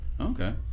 Okay